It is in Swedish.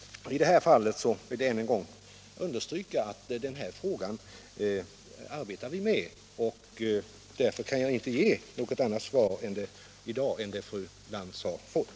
I det här fallet vill jag ännu en gång understryka att vi arbetar med frågan. Därför kan jag inte ge något annat svar i dag än det fru Lantz har fått.